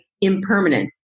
Impermanent